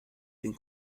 den